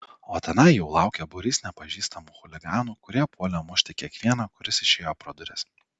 o tenai jau laukė būrys nepažįstamų chuliganų kurie puolė mušti kiekvieną kuris išėjo pro duris